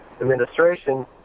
administration